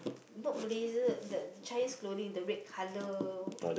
not Malaysia the the Chinese clothing the red color